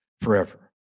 forever